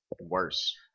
Worse